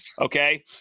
Okay